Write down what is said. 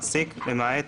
"מעסיק" למעט